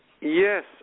Yes